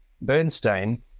Bernstein